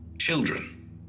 Children